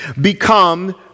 become